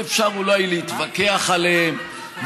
שאפשר אולי להתווכח עליהן,